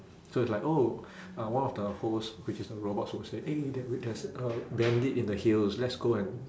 so it's like oh uh one of the hosts which is the robots will say eh there wi~ there's a bandit in the hills let's go and